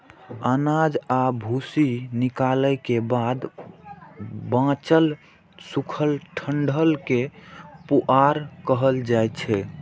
अनाज आ भूसी निकालै के बाद बांचल सूखल डंठल कें पुआर कहल जाइ छै